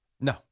No